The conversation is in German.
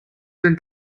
denn